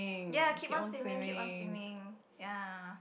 ya keep on swimming keep on swimming ya